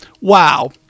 Wow